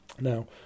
Now